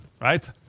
right